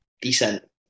decent